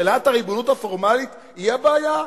שאלת הריבונות הפורמלית היא הבעיה?